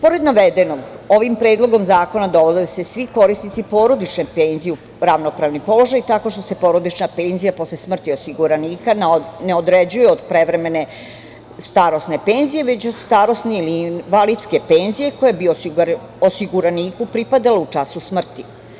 Pored navedenog, ovim predlogom zakona dovode se svi korisnici porodične penzije u ravnopravni položaj, tako što se porodična penzija posle smrti osiguranika ne određuje od prevremene starosne penzije, već od starosne ili invalidske penzije koja bi osiguraniku pripadala u času smrti.